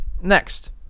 Next